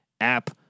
app